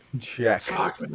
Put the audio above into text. Check